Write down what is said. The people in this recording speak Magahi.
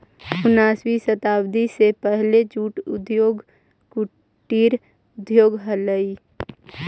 उन्नीसवीं शताब्दी के पहले जूट उद्योग कुटीर उद्योग हलइ